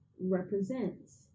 represents